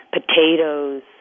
potatoes